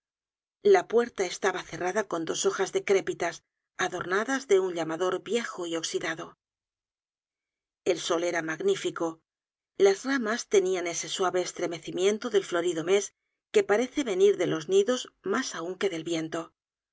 la puerta estaba cerrada con dos hojas decrépitas adornadas de un llamador viejo y oxidado el sol era magnífico las ramas tenían ese suave estremecimiento del florido mes que parece venir de los nidos mas aun que del viento